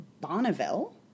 Bonneville